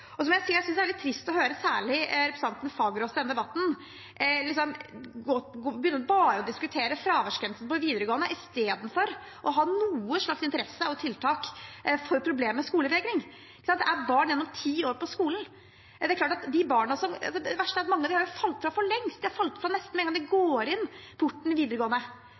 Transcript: jeg si jeg synes det er litt trist å høre særlig representanten Fagerås i denne debatten begynne bare å diskutere fraværsgrensen på videregående, istedenfor å ha noe slags interesse og tiltak for problemet med skolevegring. Det er barn gjennom ti år på skolen, og det verste at mange av disse barna har jo falt fra for lengst. De har falt fra nesten med en gang de går inn porten på videregående,